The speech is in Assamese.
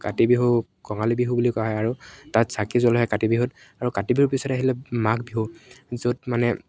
কাতি বিহু কঙালী বিহু বুলি কোৱা হয় আৰু তাত চাকি জ্বলায় কাতি বিহুত আৰু কাতি বিহুৰ পিছত আহিলে মাঘ বিহু য'ত মানে